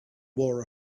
wore